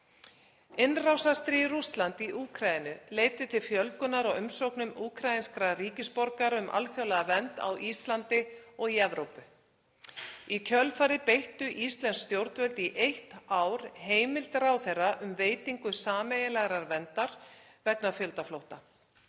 Innrásarstríð Rússlands í Úkraínu leiddi til fjölgunar á umsóknum úkraínskra ríkisborgara um alþjóðlega vernd á Íslandi og í Evrópu. Í kjölfarið beittu íslensk stjórnvöld í eitt ár heimild ráðherra um veitingu sameiginlegrar verndar vegna fjöldaflótta.